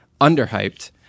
underhyped